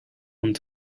und